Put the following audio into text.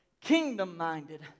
kingdom-minded